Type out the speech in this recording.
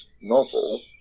novel